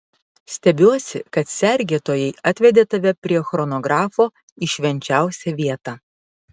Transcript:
stebiuosi kad sergėtojai atvedė tave prie chronografo į švenčiausią vietą